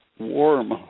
warm